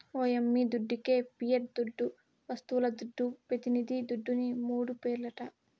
ఓ యమ్మీ దుడ్డికే పియట్ దుడ్డు, వస్తువుల దుడ్డు, పెతినిది దుడ్డుని మూడు పేర్లట